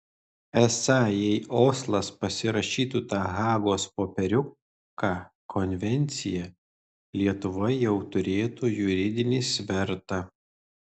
esą jei oslas pasirašytų tą hagos popieriuką konvenciją lietuva jau turėtų juridinį svertą